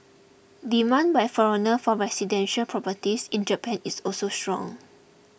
demand by foreigners for residential properties in Japan is also strong